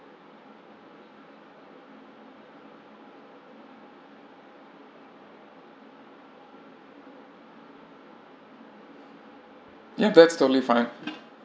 yup that's totally fine